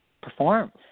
perform